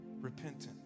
repentant